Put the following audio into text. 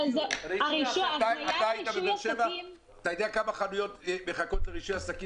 עזה - תוספת של 4.4 אחוזים מהמכסה כאמור.